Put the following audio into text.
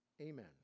Amen